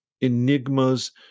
enigmas